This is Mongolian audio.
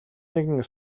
нэгэн